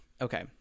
Okay